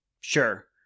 Sure